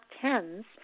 tens